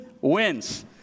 wins